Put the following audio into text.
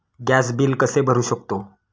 Gas bill कसे भरू शकतो?